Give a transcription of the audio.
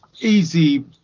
easy